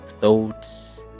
thoughts